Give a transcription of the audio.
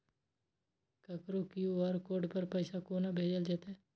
ककरो QR code पर पैसा कोना भेजल जेतै?